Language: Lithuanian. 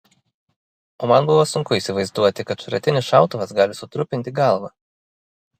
o man buvo sunku įsivaizduoti kad šratinis šautuvas gali sutrupinti galvą